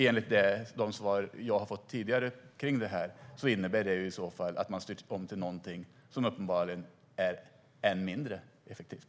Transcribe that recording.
Enligt de svar jag har fått tidigare om detta innebär det i så fall att man styr om till någonting som uppenbarligen är än mindre effektivt.